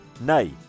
Nay